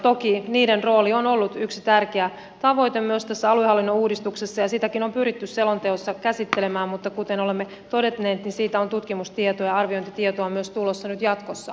toki niiden rooli on ollut yksi tärkeä tavoite myös tässä aluehallinnon uudistuksessa ja sitäkin on pyritty selonteossa käsittelemään mutta kuten olemme todenneet niin siitä on tutkimustietoa arviointitietoa myös tulossa nyt jatkossa enemmän